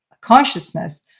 consciousness